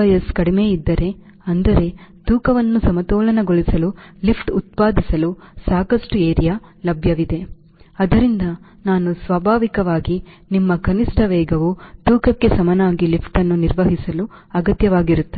WS ಕಡಿಮೆ ಇದ್ದರೆ ಅಂದರೆ ತೂಕವನ್ನು ಸಮತೋಲನ ಗೊಳಿಸಲು Lift ಉತ್ಪಾದಿಸಲು ಸಾಕಷ್ಟು ಏರಿಯಾ ಏರಿಯಾ ಲಭ್ಯವಿದೆ ಅದರಿಂದ ನಾನು ಸ್ವಾಭಾವಿಕವಾಗಿ ನಿಮ್ ಕನಿಷ್ಠ ವೇಗವು ತೂಕಕೆ ಸಮನಾಗಿ ಲಿಫ್ಟನ್ನು ನಿರ್ವಹಿಸಲು ಅಗತ್ಯವಾಗಿರುತ್ತದೆ